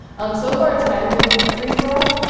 um so far it's kind of been a free-for-all.